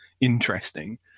interesting